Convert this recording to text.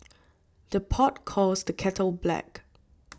the pot calls the kettle black